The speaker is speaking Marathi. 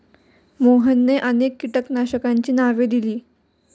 मोहनने अनेक कीटकनाशकांची नावे दिली